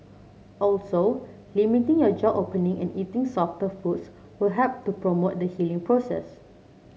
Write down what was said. also limiting your jaw opening and eating softer foods will help to promote the healing process